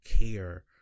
care